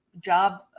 job